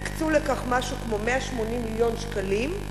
הקצו לכך משהו כמו 180 מיליון שקלים,